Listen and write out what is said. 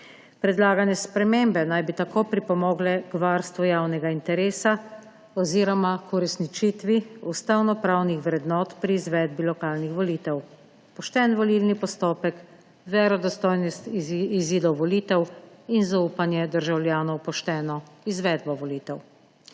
Predlagane spremembe naj bi tako pripomogle k varstvu javnega interesa oziroma k uresničitvi ustavnopravnih vrednot pri izvedbi lokalnih volitev, poštenemu volilnemu postopku, verodostojnosti izidov volitev in zaupanju državljanov v pošteno izvedbo volitev.